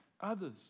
others